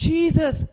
Jesus